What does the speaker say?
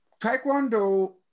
Taekwondo